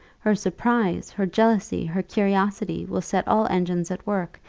her surprise, her jealousy, her curiosity, will set all engines at work,